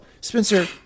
Spencer